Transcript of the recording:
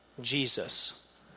Jesus